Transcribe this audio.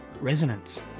Resonance